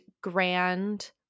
grand